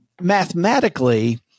Mathematically